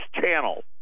Channel